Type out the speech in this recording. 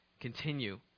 continue